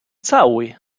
całuj